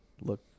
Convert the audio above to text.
look